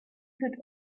could